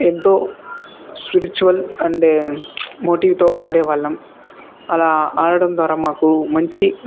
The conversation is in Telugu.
ఎంతో స్పిరిచ్యువల్ అండ్ మోటివ్తో ఆడేవాళ్ళం అలా ఆడడం ద్వారా మాకు మంచి